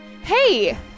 Hey